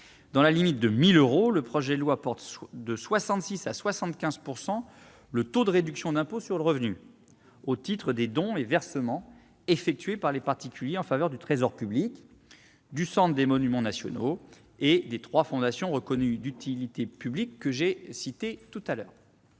Dans la limite de 1 000 euros, le taux de réduction d'impôt sur le revenu au titre des dons et versements effectués par les particuliers en faveur du trésor public, du Centre des monuments nationaux et des trois fondations reconnues d'utilité publique est porté de